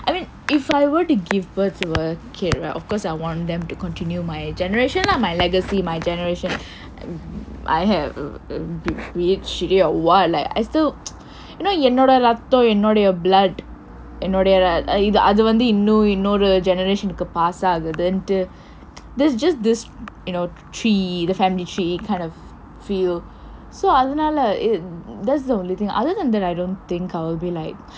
I mean if I were to give birth to a kid right of course I want them to continue my generation lah my legacy my generation I had a real shitty or what like I still you know என்னோட ரத்தம் என்னோட:ennooda raththam ennooda blood என்னோட இது அது வந்து இன்னும் இன்னொரு:ennooda ithu athu vanthu innum innoru generation க்கு:kku pass ஆகுதுன்ட்டு:aakuthunttu there's just this you know tree the family tree kind of feel so அதனால:athanaala that's the only thing other than that I don't think I'll be like